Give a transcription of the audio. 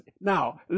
now